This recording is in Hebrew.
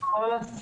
הם מכל הסקטורים.